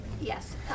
Yes